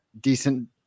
decent